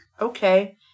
Okay